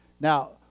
Now